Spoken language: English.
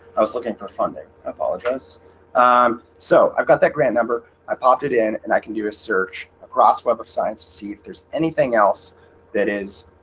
i was looking for funding apologize um so i've got that grand number i popped it in and i can do a search across web of science to see if there's anything else that is